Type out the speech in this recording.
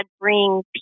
bring